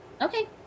Okay